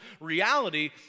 reality